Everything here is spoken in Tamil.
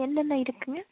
என்னென்ன இருக்குங்க